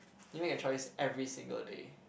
give me a choice every single day